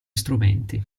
strumenti